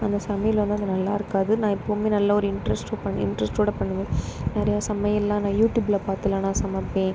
அந்த சமையில் வந்து நல்லாயிருக்காது நான் எப்போவுமே நல்லா ஒரு இன்ட்ரஸ்ட் பண் இன்டரஸ்டோடய பண்ணுவேன் நிறைய சமையலெல்லாம் நான் யூடியூப்பில் பார்த்துலாம் நான் சமைப்பேன்